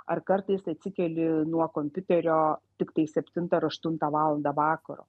ar kartais atsikeli nuo kompiuterio tiktai septintą ar aštuntą valandą vakaro